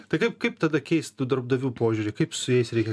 taip kaip tada keistų darbdavių požiūrį kaip su jais reikia